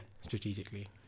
strategically